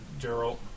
Daryl